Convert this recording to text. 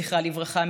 זכרה לברכה,